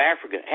Africa